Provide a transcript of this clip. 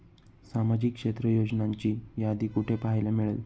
सामाजिक क्षेत्र योजनांची यादी कुठे पाहायला मिळेल?